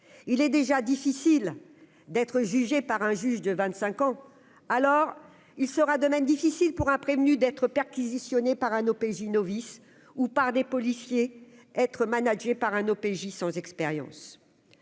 il est déjà difficile d'être jugé par un juge de 25 ans, alors il sera de même difficile pour un prévenu d'être perquisitionné par un OPJ novice ou par des policiers, être managée par un OPJ sans expérience,